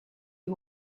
you